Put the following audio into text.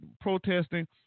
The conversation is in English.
protesting